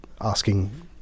asking